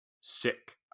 Sick